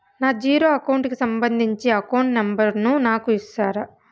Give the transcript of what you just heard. నా zero account కి సంబంధించి అకౌంట్ నెంబర్ ను నాకు ఇస్తారా